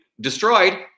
destroyed